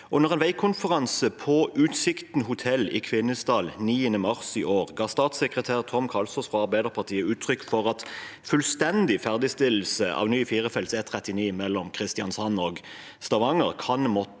Under en veikonferanse på Utsikten hotell i Kvinesdal 9. mars i år ga statssekretær Tom Kalsås fra Arbeiderpartiet utrykk for at fullstendig ferdigstillelse av ny firefelts E39 mellom Kristiansand og Stavanger kan måtte